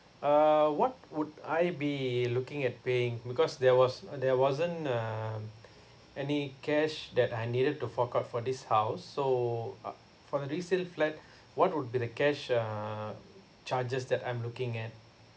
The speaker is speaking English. uh what would I be looking at paying because there was there wasn't um any cash that I needed to fork out for this house so uh for the resale flat what would be the cash uh charges that I'm looking at